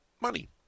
Money